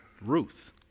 Ruth